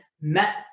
met